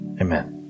amen